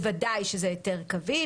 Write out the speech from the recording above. בוודאי שזה היתר קביל.